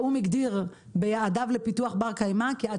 האום הגדיר ביעדיו לפיתוח בר-קיימא כי עד